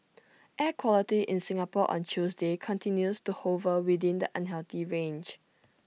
air quality in Singapore on Tuesday continues to hover within the unhealthy range